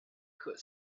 could